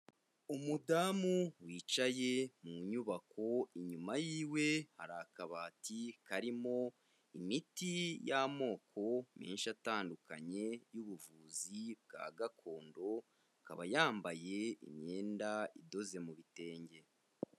Umudamu wicaye mu nyubako inyuma yiwe hari akabati karimo imiti y'amoko menshi atandukanye y'ubuvuzi bwa gakondo, akaba yambaye imyenda idoze mu bitenge.